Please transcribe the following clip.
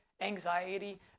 anxiety